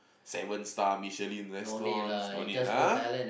seven star Michelin restaurants no need ah